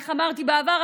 איך אמרתי בעבר?